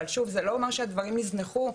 אבל זה אומר שהדברים הוזנחו,